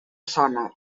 sona